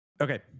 Okay